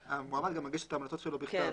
המועמד גם מגיש את ההמלצות שלו בכתב.